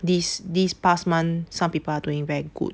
these these past month some people are doing very good